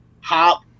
hop